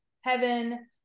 heaven